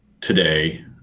today